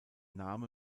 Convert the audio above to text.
name